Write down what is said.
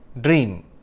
Dream